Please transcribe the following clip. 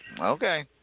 Okay